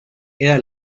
era